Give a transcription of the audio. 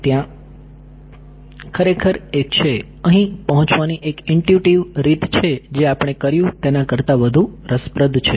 ત્યાં ખરેખર એક છે અહીં પહોંચવાની એક ઇન્ટ્યુટીવ રીત છે જે આપણે કર્યું તેના કરતા વધુ રસપ્રદ છે